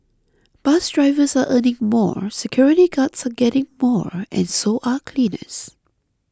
bus drivers are earning more security guards are getting more and so are cleaners